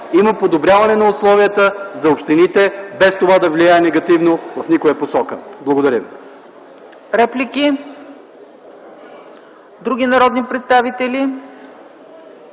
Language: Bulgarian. има подобряване на условията за общините, без това да влияе негативно в никоя посока. Благодаря